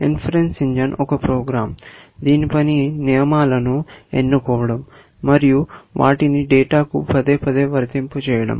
అనుమితి engine ఒక program దీని పని నియమాలను ఎన్నుకోవడం మరియు వాటిని డేటాకు పదేపదే వర్తింపచేయడం